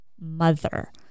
mother